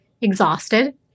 exhausted